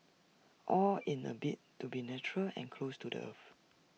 all in A bid to be natural and close to the earth